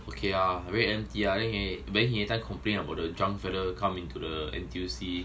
okay ah very empty ah then he then he everytime complaine about the drunk fella come into the N_T_U_C